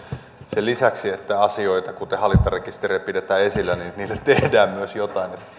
sen lisäksi että asioita kuten hallintarekisteriä pidetään esillä niille tehdään myös jotain